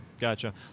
gotcha